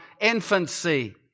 infancy